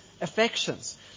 affections